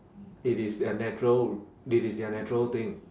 it is their natural it is their natural thing